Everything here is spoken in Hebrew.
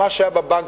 מה שהיה בבנקים,